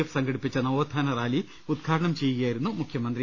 F സംഘടിപ്പിച്ച നവ്വോത്ഥാന rally ഉദ്ഘാടനം ചെയ്യുകയായിരുന്നു മുഖ്യമന്ത്രി